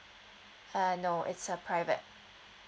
uh no it's a private